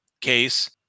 case